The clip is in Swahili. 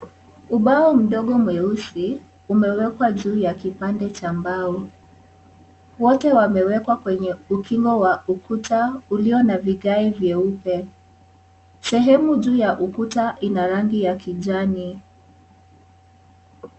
Ubao mdogo mweusi umewekwa juu ya kipande cha mbao wote wamewekwa kwenye ukingo wa ukuta ulio na vigae vyeupe sehemu juu ya ukuta ina rangi ya kijani.